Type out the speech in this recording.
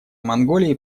монголии